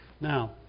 Now